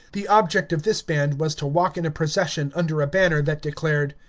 the object of this band was to walk in a procession under a banner that declared,